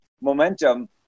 momentum